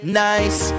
nice